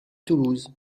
toulouse